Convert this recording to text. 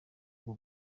bwo